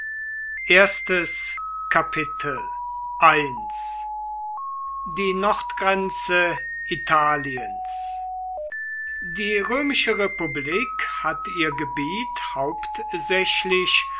kapitel die nordgrenze italiens die römische republik hat ihr gebiet hauptsächlich